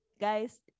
guys